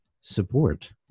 support